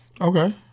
Okay